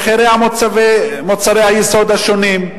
מוצרי היסוד השונים,